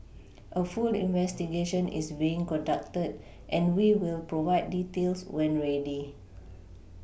a full investigation is being conducted and we will provide details when ready